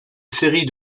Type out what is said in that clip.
série